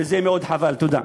וזה חבל מאוד.